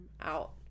out